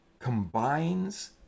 combines